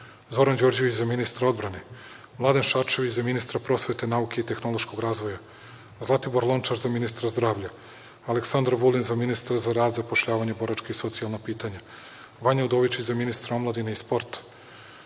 Đorđević – za ministra odbrane. Vladan Šarčević – za ministra prosvete, nauke i tehnološkog razvoja. Zlatibor Lončar – za ministra zdravlja. Aleksandar Vulin – za ministra za rad, zapošljavanje, boračka i socijalna pitanja. Vanja Udovičić – za ministra omladine i sporta. Vladan